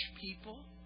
people